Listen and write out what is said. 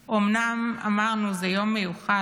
אומנם, אמרנו: זה יום מיוחד,